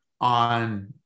on